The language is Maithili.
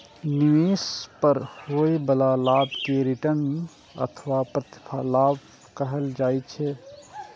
निवेश पर होइ बला लाभ कें रिटर्न अथवा प्रतिलाभ कहल जाइ छै